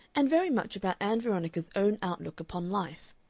and very much about ann veronica's own outlook upon life.